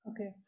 Okay